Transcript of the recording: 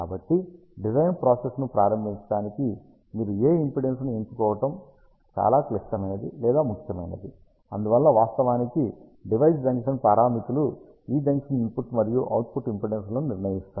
కాబట్టి డిజైన్ ప్రాసెస్ను ప్రారంభించడానికి మీరు ఏ ఇంపిడెన్స్ను ఎంచుకోవడం చాలా క్లిష్టమైనది లేదా ముఖ్యమైనది అందువల్ల వాస్తవానికి డివైజ్ జంక్షన్ పారామితులు ఈ జంక్షన్ ఇన్పుట్ మరియు అవుట్పుట్ ఇంపిడెన్స్లను నిర్ణయిస్తాయి